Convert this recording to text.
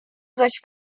zaś